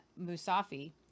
Musafi